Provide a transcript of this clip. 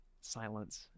silence